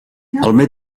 mètode